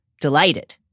delighted